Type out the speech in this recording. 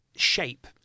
shape